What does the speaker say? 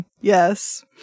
yes